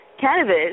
Cannabis